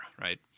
right